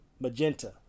magenta